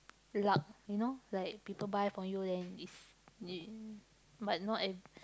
luck you know like people buy from you then is you but not ev~